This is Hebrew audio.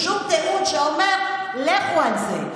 שום טיעון שאומר: לכו על זה.